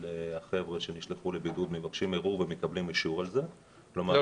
של חבר'ה שנשלחו לבידוד מבקשים ערעור ומבקשים אישור על זה -- לא,